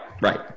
right